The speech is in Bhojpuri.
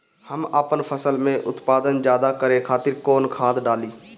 हम आपन फसल में उत्पादन ज्यदा करे खातिर कौन खाद डाली?